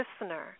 listener